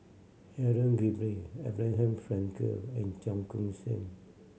Helen Gilbey Abraham Frankel and Cheong Koon Seng